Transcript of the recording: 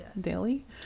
daily